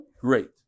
Great